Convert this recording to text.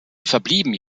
verblieben